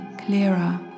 clearer